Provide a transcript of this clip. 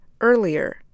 earlier